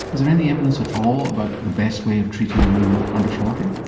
is there any evidence at all about the best way of treating women under forty?